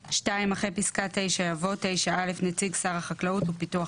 הלאומי,"; אחרי פסקה (9) יבוא: "(9א) נציג שר החקלאות ופיתוח